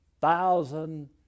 Thousand